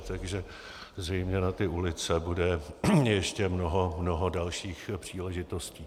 Takže zřejmě na ty ulice bude ještě mnoho, mnoho dalších příležitostí.